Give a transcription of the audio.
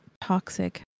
toxic